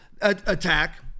attack